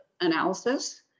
analysis